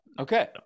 okay